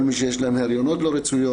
כל מי שיש להן הריונות לא רצויים,